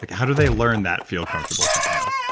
but how do they learn that feel comfortable saying no?